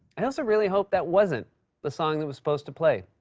i also really hope that wasn't the song that was supposed to play.